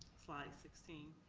slide sixteen,